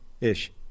ish